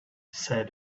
said